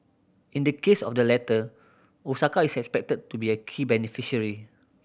in the case of the letter Osaka is expected to be a key beneficiary